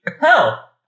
Hell